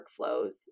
workflows